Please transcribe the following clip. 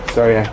Sorry